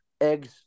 eggs